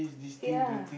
ya